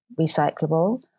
recyclable